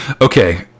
Okay